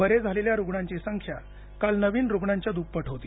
बरे झालेल्या रुग्णांची संख्या काल नवीन रुग्णांच्या द्प्पट होती